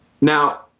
Now